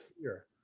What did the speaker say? fear